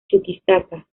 chuquisaca